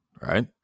right